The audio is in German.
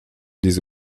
diese